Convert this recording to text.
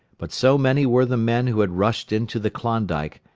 but so many were the men who had rushed into the klondike,